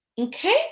okay